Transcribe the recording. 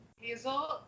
Hazel